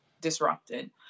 disrupted